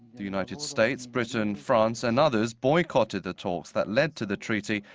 the united states, britain, france and others boycotted the talks that led to the treaty,